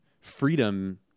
freedom